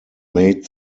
made